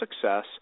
success